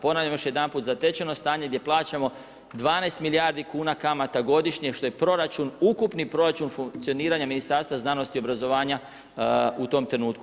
Ponavljam još jedanput, zatečeno stanje gdje plaćamo 12 milijardi kuna kamata godišnje što je proračun, ukupni proračun funkcioniranja Ministarstva znanosti, obrazovanja u tom trenutku.